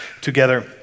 together